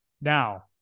Now